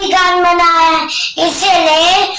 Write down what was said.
da da